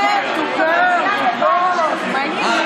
אני --- בבית של --- אה,